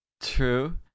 True